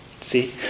See